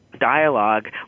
dialogue